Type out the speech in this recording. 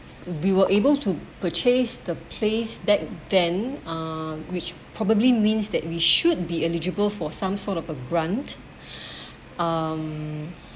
we were able to purchase the place that then uh which probably means that we should be eligible for some sort of a brand um